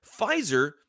Pfizer